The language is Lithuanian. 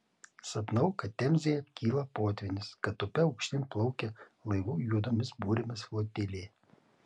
sapnavau kad temzėje kyla potvynis kad upe aukštyn plaukia laivų juodomis burėmis flotilė